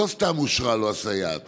לא סתם אושרה לו הסייעת,